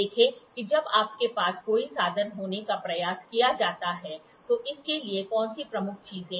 देखें कि जब आपके पास कोई साधन होने का प्रयास किया जाता है तो इसके लिए कौन सी प्रमुख चीजें हैं